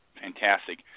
fantastic